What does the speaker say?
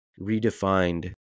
redefined